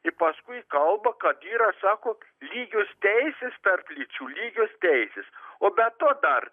ir paskui kalba kad yra sako lygios teisės tarp lyčių lygios teisės o be to dar